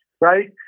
right